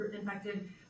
infected